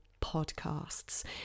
podcasts